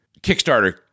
Kickstarter